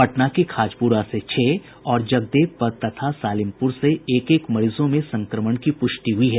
पटना के खाजपुरा से छह और जगदेव पथ तथा सालिमपुर के एक एक मरीजों में संक्रमण की पुष्टि हुई है